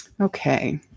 Okay